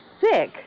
Sick